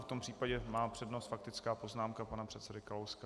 V tom případě má přednost faktická poznámka pana předsedy Kalouska.